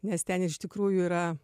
nes ten iš tikrųjų yra